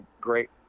great